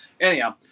Anyhow